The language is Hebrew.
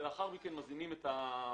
כאשר לאחר מכן מזינים את המגרסות.